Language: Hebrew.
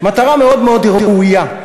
מטרה מאוד מאוד ראויה,